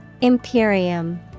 Imperium